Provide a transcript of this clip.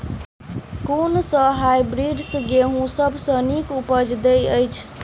कुन सँ हायब्रिडस गेंहूँ सब सँ नीक उपज देय अछि?